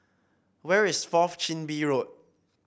where is Fourth Chin Bee Road